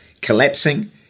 collapsing